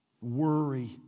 worry